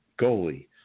goalie